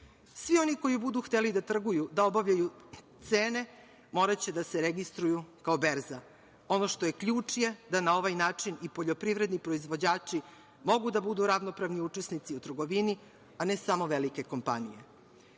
Svi oni koji budu hteli da trguju, da određuju cene, moraće da se registruju kao berza. Ono što je ključ je da na ovaj način i poljoprivredni proizvođači mogu da budu ravnopravni učesnici u trgovini, a ne samo velike kompanije.